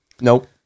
nope